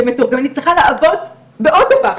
כמתורגמנית צריכה לעבוד בעוד דבר,